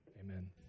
Amen